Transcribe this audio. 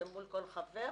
זה מול כל חבר,